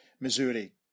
missouri